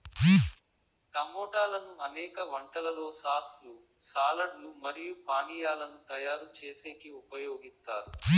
టమోటాలను అనేక వంటలలో సాస్ లు, సాలడ్ లు మరియు పానీయాలను తయారు చేసేకి ఉపయోగిత్తారు